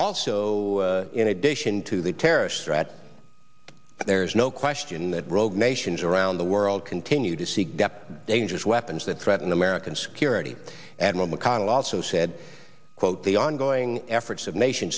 also in addition to the terrorist threat there is no question that rogue nations around the world continue to seek dangerous weapons that threaten american security admiral mcconnell also said quote the ongoing efforts of nation